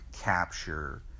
capture